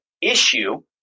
issue